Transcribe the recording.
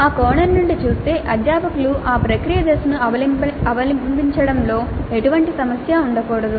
ఆ కోణం నుండి చూస్తే అధ్యాపకులు ఆ ప్రక్రియ దశను అవలంబించడంలో ఎటువంటి సమస్య ఉండకూడదు